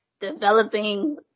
developing